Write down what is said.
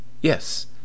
Yes